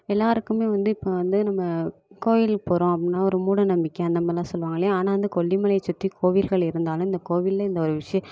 எல்லோருக்குமே வந்து இப்போவந்து நம்ம கோயிலுக்கு போகிறோம் அப்படின்னா ஒரு மூட நம்பிக்கை அந்த மாதிரிலாம் சொல்லுவாங்க இல்லையா ஆனால் அந்த கொல்லிமலைய சுற்றி கோவில்கள் இருந்தாலும் இந்த கோவிலில் இந்த ஒரு விஷயம்